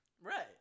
Right